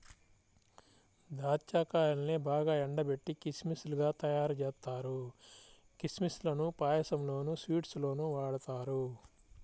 దాచ్చా కాయల్నే బాగా ఎండబెట్టి కిస్మిస్ లుగా తయ్యారుజేత్తారు, కిస్మిస్ లను పాయసంలోనూ, స్వీట్స్ లోనూ వాడతారు